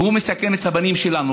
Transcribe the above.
והוא מסכן את הבנים שלנו.